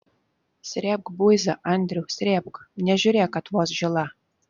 srėbk buizą andriau srėbk nežiūrėk kad vos žila